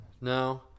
No